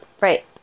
Right